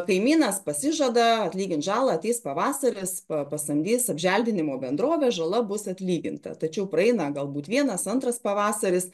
kaimynas pasižada atlygint žalą ateis pavasaris pa pasamdys apželdinimo bendrovę žala bus atlyginta tačiau praeina galbūt vienas antras pavasaris